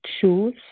shoes